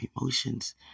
emotions